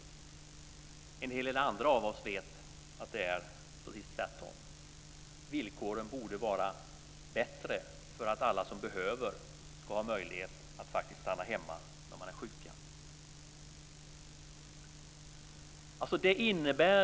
En hel del av oss vet att det är precis tvärtom. Villkoren borde vara bättre för att alla som behöver det ska ha möjlighet att stanna hemma när de är sjuka.